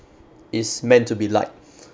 is meant to be like